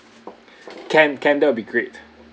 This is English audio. can can that'll be great